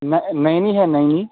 نینی ہے نینی